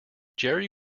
jerry